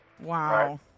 Wow